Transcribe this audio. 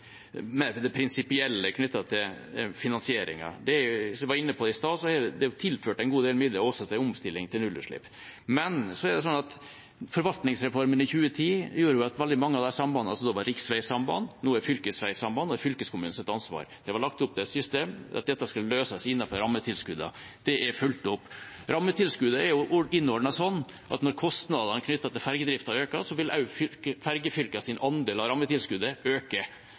det mer prinsipielle knyttet til finansieringen: Som jeg var inne på i stad, er det tilført en god del midler også til omstilling til nullutslipp, men forvaltningsreformen i 2010 gjorde at veldig mange av de sambandene som da var riksveisamband, nå er fylkesveisamband og er fylkeskommunens ansvar. Det var lagt opp til et system der dette skulle løses innenfor rammetilskudd. Det er fulgt opp. Rammetilskuddet er innordnet sånn at når kostnadene knyttet til fergedriften øker, vil også fergefylkenes andel av rammetilskuddet øke.